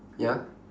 ya